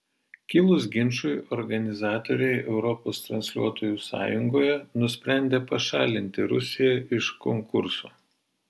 kilus ginčui organizatoriai europos transliuotojų sąjungoje nusprendė pašalinti rusiją iš konkurso